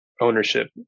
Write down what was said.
ownership